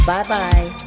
Bye-bye